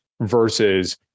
versus